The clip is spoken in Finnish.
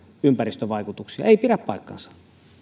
ympäristövaikutuksia ei pidä paikkaansa